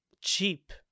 cheap